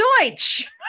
deutsch